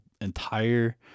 entire